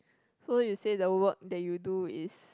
so you say the work that you do is